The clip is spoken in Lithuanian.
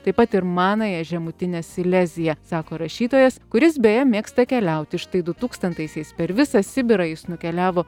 taip pat ir manąją žemutinę sileziją sako rašytojas kuris beje mėgsta keliauti štai du tūkstantaisiais per visą sibirą jis nukeliavo